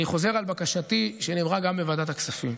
אני חוזר על בקשתי, שנאמרה גם בוועדת הכספים: